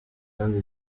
kandi